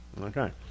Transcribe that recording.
Okay